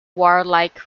warlike